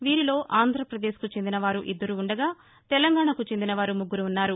వీరిలో ఆంధ్రప్రదేశ్ కు చెందిన వారు ఇద్దరు ఉండగాతెలంగాణకు చెందిన వారు ముగ్గురు ఉన్నారు